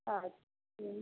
अच्छा